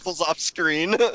off-screen